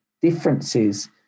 differences